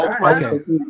Okay